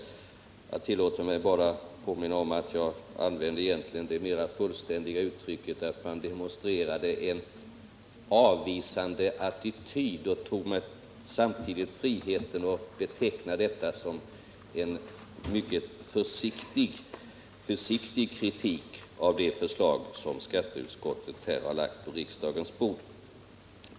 Jag tillåter mig påminna om att jag använde det mera fullständiga uttrycket att man demonstrerade en avvisande attityd. Jag tog mig samtidigt friheten att beteckna detta som en mycket försiktig kritik av det förslag som skatteutskottet här lagt på riksdagens bord.